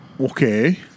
Okay